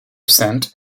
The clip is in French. saints